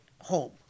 home